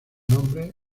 nombre